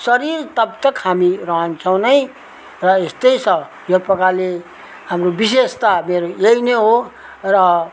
शरीर तबतक हामी रहन्छौँ नै र यस्तै छ यो प्रकारले विशेष त मेरो यही नै हो र